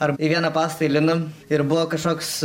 ar į vieną pastatą įlindom ir buvo kažkoks